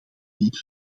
niet